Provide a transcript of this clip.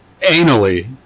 anally